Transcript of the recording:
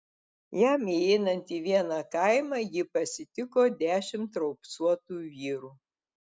jam įeinant į vieną kaimą jį pasitiko dešimt raupsuotų vyrų